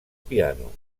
piano